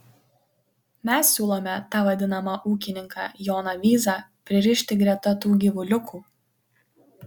mes siūlome tą vadinamą ūkininką joną vyzą pririšti greta tų gyvuliukų